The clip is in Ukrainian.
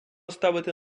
ставити